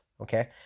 Okay